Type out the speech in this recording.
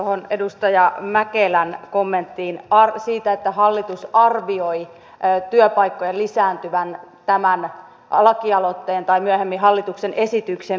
tuohon edustaja mäkelän kommenttiin siitä että hallitus arvioi työpaikkojen lisääntyvän tämän laki aloitteen tai myöhemmin hallituksen esityksen myötä